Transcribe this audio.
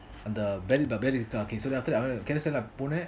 the அந்த:antha bell berry carousell Ponnan